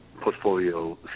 portfolio